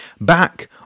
Back